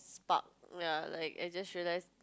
spark ya like I just realised